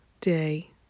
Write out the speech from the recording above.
day